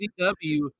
CW